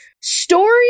story